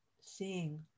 seeing